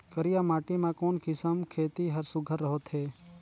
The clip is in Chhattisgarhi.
करिया माटी मा कोन किसम खेती हर सुघ्घर होथे?